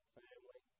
family